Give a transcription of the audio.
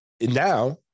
now